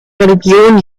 religion